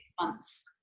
months